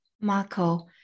Marco